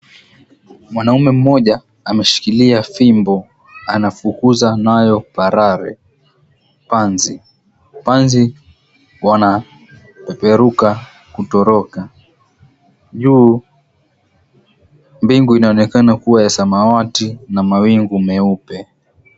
Mwanaume mmoja ameshikilia fimbo, anafukuza nayo parare, panzi. Panzi wanapeperuka kutoroka. Juu ya mbingu inaonekana kuwa ya samawati na mawingu meupe.